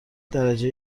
درجه